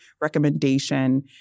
recommendation